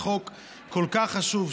בחוק כל כך חשוב,